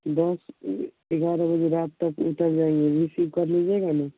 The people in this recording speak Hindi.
बस ए ग्यारह बजे रात तक उतर जाएँगे रिसीव कर लीजिएगा ना